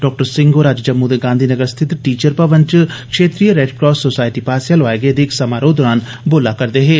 doctor Singh होर अज्ज जेम्मू दे गांधी नगर स्थित टीचर भवन च छेत्रीय रेड क्रॉस सोसाइटी पास्सेआ लोआए गेदे इक समारोह दौरान बोला रदे हे